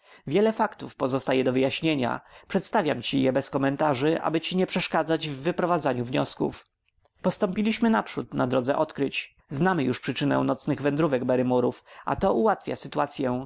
wiele faktów pozostaje do wyjaśnienia przedstawiam ci je bez komentarzy aby ci nie przeszkadzać w wyprowadzaniu wniosków postąpiliśmy naprzód na drodze odkryć znamy już przyczynę nocnych wędrówek barrymorów a to ułatwia sytuacyę